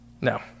no